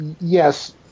yes